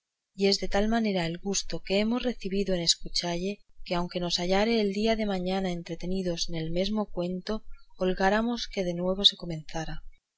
y es de tal manera el gusto que hemos recebido en escuchalle que aunque nos hallara el día de mañana entretenidos en el mesmo cuento holgáramos que de nuevo se comenzara